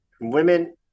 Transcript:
Women